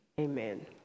amen